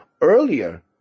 earlier